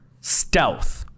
stealth